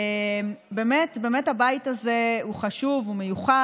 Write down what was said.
באמת הבית הזה הוא חשוב, הוא מיוחד.